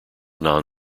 non